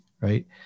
right